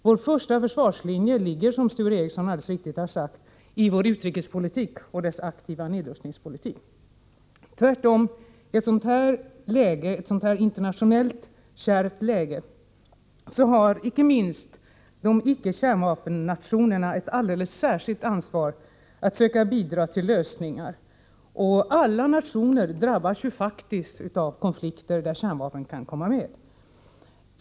Vår första försvarslinje ligger, som Sture Ericson alldeles riktigt har sagt, i vår utrikespolitik och dess aktiva nedrustningspolitik. I ett kärvt internationellt läge har, tvärtemot vad moderaterna anser, inte minst icke-kärnvapennationerna ett alldeles särskilt ansvar att söka bidra till lösningar. Alla nationer drabbas faktiskt av konflikter där kärnvapen kan komma med.